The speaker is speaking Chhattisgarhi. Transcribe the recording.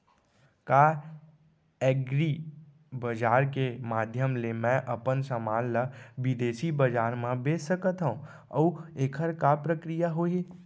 का एग्रीबजार के माधयम ले मैं अपन समान ला बिदेसी बजार मा बेच सकत हव अऊ एखर का प्रक्रिया होही?